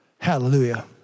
Hallelujah